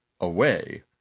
away